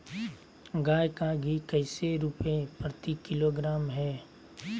गाय का घी कैसे रुपए प्रति किलोग्राम है?